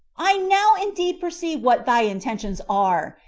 i now indeed perceive what thy intentions are.